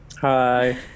Hi